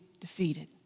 defeated